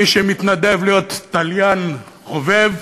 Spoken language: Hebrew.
מי שמתנדב להיות תליין חובב,